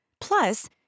Plus